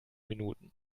minuten